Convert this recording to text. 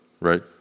Right